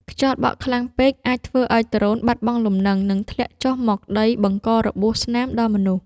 ខ្យល់បក់ខ្លាំងពេកអាចធ្វើឱ្យដ្រូនបាត់បង់លំនឹង និងធ្លាក់ចុះមកដីបង្ករបួសស្នាមដល់មនុស្ស។